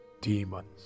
demons